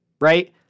Right